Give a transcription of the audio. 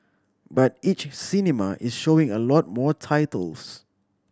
but each cinema is showing a lot more titles